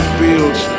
fields